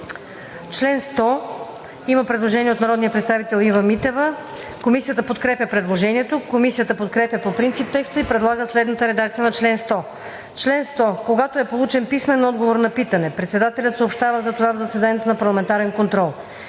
чл. 100 има предложение на народния представител Ива Митева. Комисията подкрепя предложението. Комисията подкрепя по принцип текста и предлага следната редакция на чл. 100: „Чл. 100. Когато е получен писмен отговор на питане, председателят съобщава за това в заседанието за парламентарен контрол.